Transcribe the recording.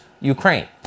Ukraine